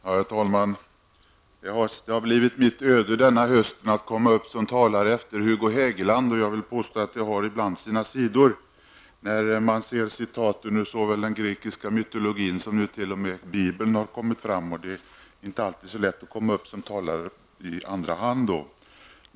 Herr talman! Det har blivit mitt öde denna höst att komma upp som talare efter Hugo Hegeland. Det har ibland sina sidor när man ser citaten ur såväl den grekiska mytologin som nu t.o.m. Bibeln. Det är inte alltid så lätt att komma upp som talare i andra hand.